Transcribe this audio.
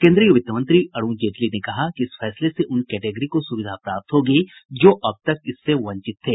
केंद्रीय वित्त मंत्री अरुण जेटली ने कहा कि इस फैसले से उन कैटगरी को सुविधा प्राप्त होगी जो अबतक इससे वंचित थी